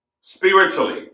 spiritually